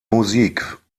musik